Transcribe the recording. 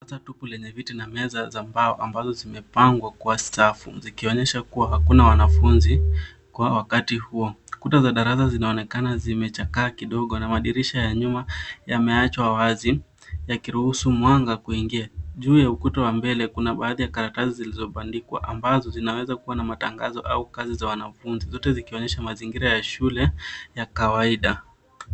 Darasa tupu lenye viti na meza za mbao ambazo zimepangwa kwa safu zikionyesha kuwa hakuna wanafunzi kwa wakati huo. Kuta za darasa zinaonekana zimechakaa kidogo na madirisha ya nyuma yameachwa wazi yakiruhusu mwanga kuingia. Juu ya ukuta wa mbele kuna baadhi ya karatasi zilizobandikwa ambazo zinaweza kuwa na matangazo au kazi za wanafunzi zote zikionyesha mazingira ya shule ya kawaida.